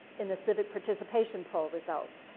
in the civic participation poll results,